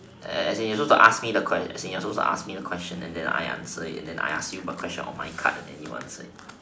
as in you are supposed to ask me the qu~ as in you are supposed to ask me the question and then I answer it and then I ask you a question on my card and then you answer it